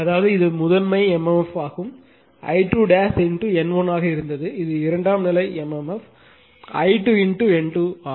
அதாவது இது முதன்மை MMF ஆகும் இது I2 N1 ஆக இருந்தது இது இரண்டாம் நிலை mmf I2 N2 ஆகும்